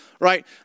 right